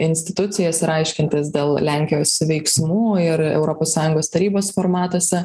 institucijas ir aiškintis dėl lenkijos veiksmų ir europos sąjungos tarybos formatuose